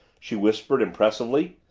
she whispered impressively.